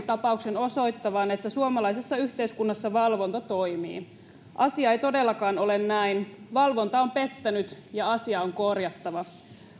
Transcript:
tapauksen osoittavan että suomalaisessa yhteiskunnassa valvonta toimii asia ei todellakaan ole näin valvonta on pettänyt ja asia on korjattava